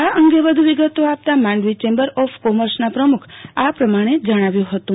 આ અંગે વધુ વિગતો આપતા માંડવી ચેમ્બર ઓફ કોમર્સના પ્રમુખ આ પ્રમાણે જણાવ્યું હતું